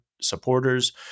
supporters